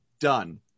Done